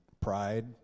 Pride